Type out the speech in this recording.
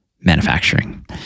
manufacturing